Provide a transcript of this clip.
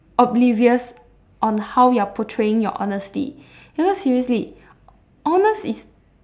oblivious on how you're portraying your honesty you know seriously honest is